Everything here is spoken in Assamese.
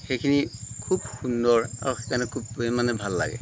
সেইখিনি খুব সুন্দৰ ভাল লাগে